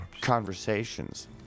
conversations